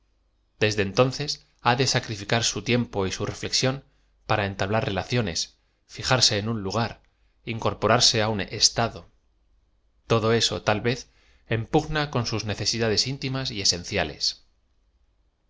desde entonces ba de sacríflcar su tiempo y su reflexión para enta blar relaciones ajarse en un lugar incorporarse á un estado todo eso ta l vez en pugna con sus necesida des íntimas y esenciales